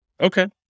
Okay